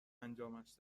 انجامش